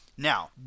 Now